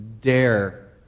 dare